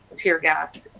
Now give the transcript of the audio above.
tear gas,